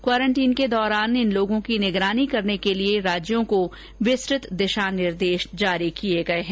quarantine के दौरान इन लोगों की निगरानी करने के लिए राज्यों को विस्तृत निर्देश जारी किए गए है